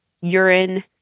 urine